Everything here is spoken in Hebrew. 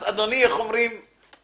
אלא רק בזמנים שחובה להדליק